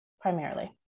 primarily